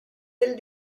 del